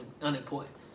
unimportant